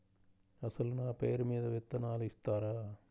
అసలు నా పేరు మీద విత్తనాలు ఇస్తారా?